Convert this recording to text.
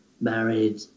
married